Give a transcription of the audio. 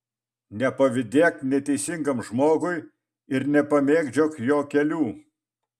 nepavydėk neteisingam žmogui ir nepamėgdžiok jo kelių